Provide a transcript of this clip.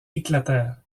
éclatèrent